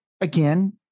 again